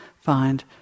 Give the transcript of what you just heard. find